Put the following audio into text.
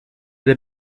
der